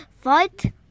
fight